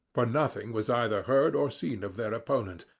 but nothing was either heard or seen of their opponent,